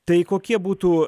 tai kokie būtų